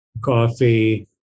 coffee